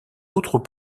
autres